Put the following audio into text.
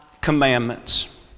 commandments